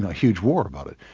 ah huge war about it,